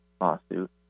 lawsuit